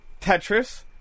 Tetris